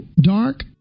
dark